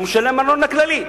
הוא משלם ארנונה כללית,